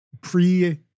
pre